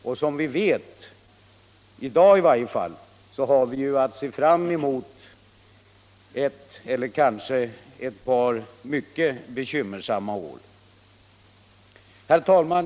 Och som vi vet har vi i dag att se fram mot ett eller kanske ett par mycket bekymmersamma år. Herr talman!